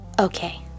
Okay